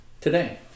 today